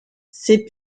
ses